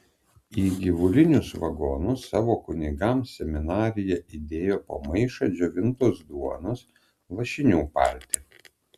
į gyvulinius vagonus savo kunigams seminarija įdėjo po maišą džiovintos duonos lašinių paltį